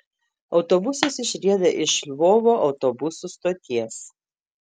autobusas išrieda iš lvovo autobusų stoties